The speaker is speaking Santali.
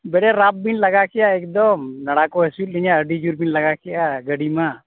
ᱵᱮᱡᱟᱭ ᱨᱟᱯᱷᱵᱤᱱ ᱞᱟᱜᱟᱠᱮᱫᱼᱟ ᱮᱠᱫᱚ ᱫᱷᱟᱲᱟᱠᱚ ᱦᱟᱹᱥᱩᱭᱮᱫᱞᱤᱧᱟᱹ ᱟᱹᱰᱤ ᱡᱳᱨᱵᱤᱱ ᱞᱟᱜᱟᱠᱮᱫᱼᱟ ᱜᱟᱹᱰᱤ ᱢᱟ